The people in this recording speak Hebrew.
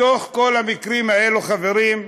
מכל המקרים האלה, חברים,